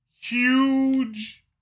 huge